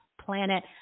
planet